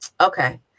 okay